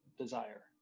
desire